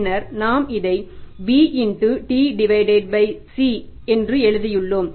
பின்னர் நாம் இதை bTC என்று எழுதியுள்ளோம்